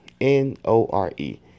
N-O-R-E